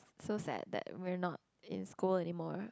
so sad that we're not in school anymore